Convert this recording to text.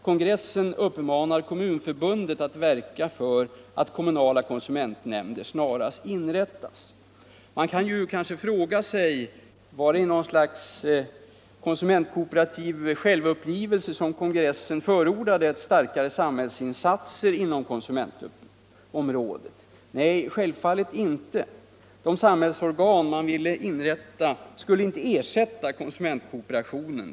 Kongressen uppmanar Kommunförbundet att verka för att kommunala konsumentnämnder snarast inrättas.” Vad det i något slags konsumentkooperativ självuppgivelse som kongressen förordade starkare samhällsinsatser inom konsumentområdet? Nej, självfallet inte. De samhällsorgan man ville inrätta skulle inte ersätta konsumentkooperationen.